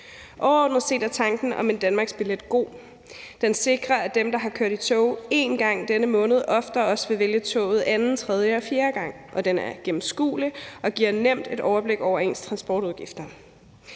Overordnet set er tanken om en danmarksbillet god. Den sikrer, at dem, der har kørt i tog en gang i en måned oftere også vil vælge toget anden, tredje og fjerde gang, og den er gennemskuelig og giver nemt et overblik over ens transportudgifter.